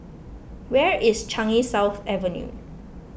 where is Changi South Avenue